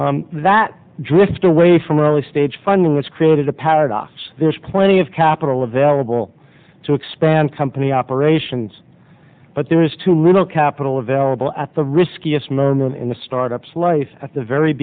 sales that drift away from an early stage funding that's created a paradox there's plenty of capital available to expand company operations but there is too little capital available at the riskiest moment in the startups life at the very